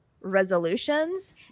resolutions